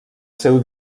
seu